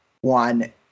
one